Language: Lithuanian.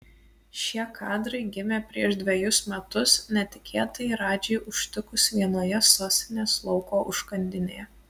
šie kadrai gimė prieš dvejus metus netikėtai radžį užtikus vienoje sostinės lauko užkandinėje